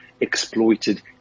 exploited